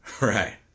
Right